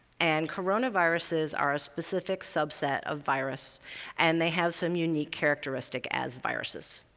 and coronaviruses are a specific subset of virus and they have some unique characteristics as viruses.